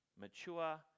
mature